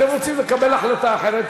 אתם רוצים לקבל החלטה אחרת?